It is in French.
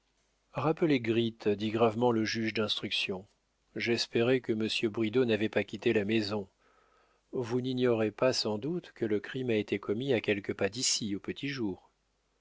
rappelez gritte dit gravement le juge d'instruction j'espérais que monsieur bridau n'avait pas quitté la maison vous n'ignorez pas sans doute que le crime a été commis à quelques pas d'ici au petit jour